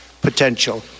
potential